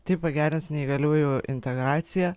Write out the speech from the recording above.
tai pagerins neįgaliųjų integraciją